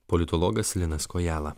politologas linas kojala